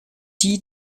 die